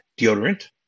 deodorant